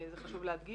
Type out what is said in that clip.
וזה חשוב להדגיש,